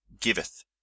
giveth